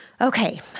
Okay